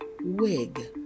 wig